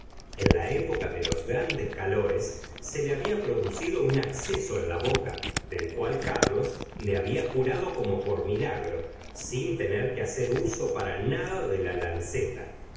en la época de los grandes calores se le había producido un acceso en la boca del cual carlos le había curado como por milagro sin tener que hacer uso para nada de la lanceta